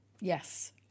Yes